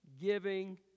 giving